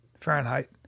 Fahrenheit